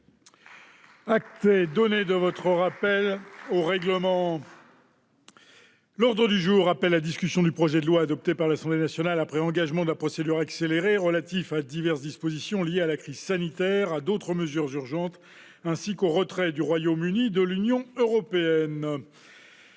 est donné de votre rappel au règlement, mon cher collègue. L'ordre du jour appelle la discussion du projet de loi, adopté par l'Assemblée nationale après engagement de la procédure accélérée, relatif à diverses dispositions liées à la crise sanitaire, à d'autres mesures urgentes ainsi qu'au retrait du Royaume-Uni de l'Union européenne